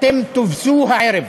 אתם תובסו הערב.